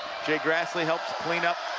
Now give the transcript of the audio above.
jay grassley helps clean up